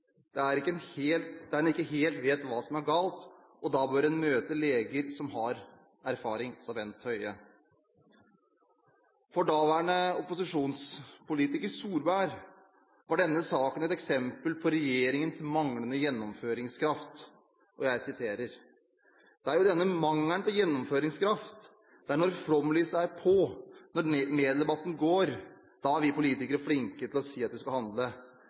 en ikke helt vet hva som er galt, og da bør en møte leger som har erfaring For daværende opposisjonspolitiker Solberg var denne saken et eksempel på regjeringens manglende gjennomføringskraft, og jeg siterer: «Det er jo denne mangelen på gjennomføringskraft. Det er når flomlyset er på, når mediedebatten går, er vi politikere flinke til å si at vi skal handle,